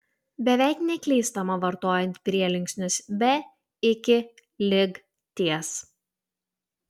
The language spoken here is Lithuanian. beveik neklystama vartojant prielinksnius be iki lig ties